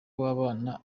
w’abana